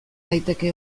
daiteke